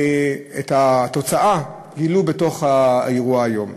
את התוצאה גילו באירוע היום.